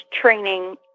training